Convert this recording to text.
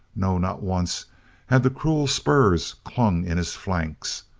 no, not once had the cruel spurs clung in his flanks,